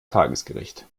tagesgericht